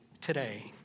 today